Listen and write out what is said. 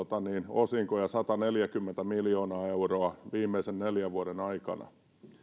osinkoja sataneljäkymmentä miljoonaa euroa viimeisen neljän vuoden aikana